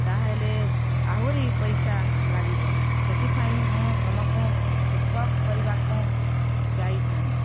ତାହେଲେ ଆହୁରି ପଇସା ଲାଗିବ ସେଥିପାଇଁ ମୁଁ ତମକୁ ପିକ୍ଅପ୍ କରିବାକୁ ଯାଇ ନାହିଁ